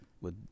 with-